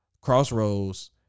Crossroads